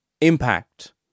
impact